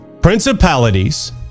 principalities